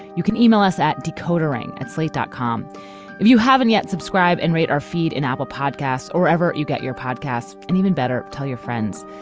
you can e-mail us at decoder ring at slate dot com. if you haven't yet subscribe and rate our feed in apple podcasts or ever you get your podcasts. and even better tell your friends.